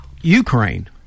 Ukraine